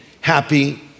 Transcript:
happy